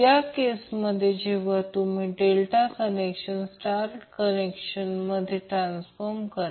या केसमध्ये जेव्हा तुम्ही डेल्टा कनेक्शनचे स्टार कनेक्शनमध्ये ट्रान्सफॉर्मेशन केले